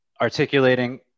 articulating